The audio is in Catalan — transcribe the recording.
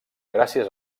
gràcies